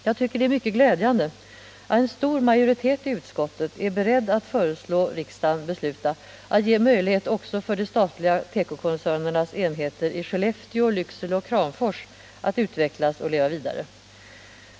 Jag tycker att det är mycket glädjande att en stor majoritet i utskottet är beredd att föreslå att riksdagen beslutar att ge möjligheter också för den statliga tekokoncernens enheter i Skellefteå, Lycksele och Kramfors att utvecklas och leva vidare.